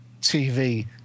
TV